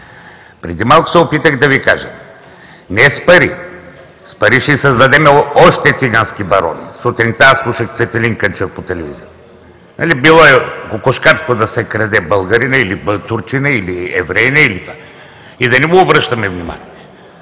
Преди малко се опитах да Ви кажа: не с пари, с пари ще създадем още цигански барони. Сутринта слушах Цветелин Кънчев по телевизия. Било е кокошкарско да краде българинът или турчинът, или евреинът и да не обръщаме внимание,